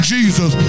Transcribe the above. Jesus